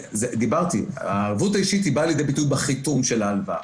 דיברתי הערבות האישית באה ליד ביטוי בחיתום של ההלוואה,